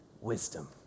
wisdom